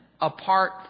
apart